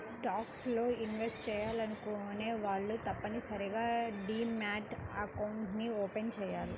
stocks లో invest చెయ్యాలనుకునే వాళ్ళు తప్పనిసరిగా డీమ్యాట్ అకౌంట్ని ఓపెన్ చెయ్యాలి